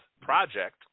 Project